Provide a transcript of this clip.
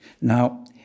Now